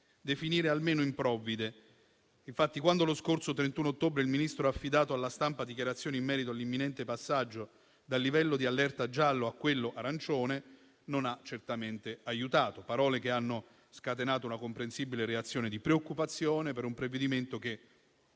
definire quantomeno improvvide. Infatti, quando lo scorso 31 ottobre il Ministro ha affidato alla stampa dichiarazioni in merito all'imminente passaggio dal livello di allerta giallo a quello arancione, non ha certamente aiutato. Le sue parole hanno scatenato una comprensibile reazione di preoccupazione per un provvedimento che,